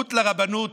בהתחברות לרבנות,